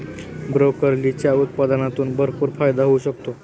ब्रोकोलीच्या उत्पादनातून भरपूर फायदा होऊ शकतो